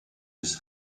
his